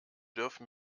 dürfen